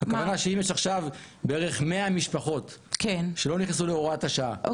הכוונה שאם יש עכשיו בערך 100 משפחות שלא נכנסו להוראת השעה,